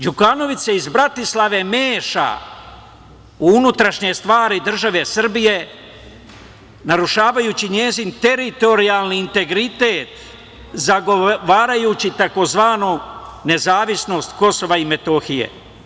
Đukanović se iz Bratislave meša u unutrašnje stvari države Srbije, narušavajući njen teritorijalni integritet, zagovarajući tzv. nezavisnost KiM.